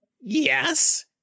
yes